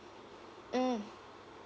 mm